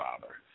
Father